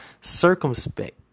Circumspect